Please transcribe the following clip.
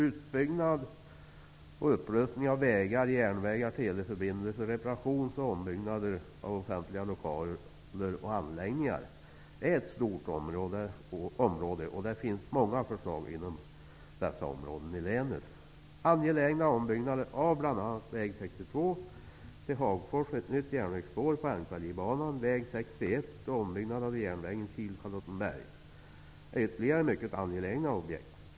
Utbyggnad och upprustning av vägar, järnvägar, teleförbindelser, reparationer och ombyggnader av offentliga lokaler och anläggningar är flera områden, och det finns många förslag inom dessa områden i länet. Charlottenberg är ytterligare mycket angelägna objekt.